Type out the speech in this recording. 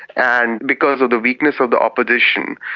and because of the weakness of the opposition,